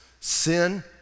sin